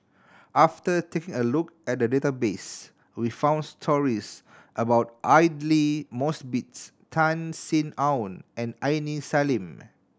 after taking a look at the database we found stories about Aidli Mosbit Tan Sin Aun and Aini Salim